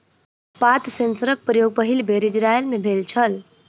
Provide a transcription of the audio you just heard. पात सेंसरक प्रयोग पहिल बेर इजरायल मे भेल छल